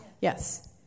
yes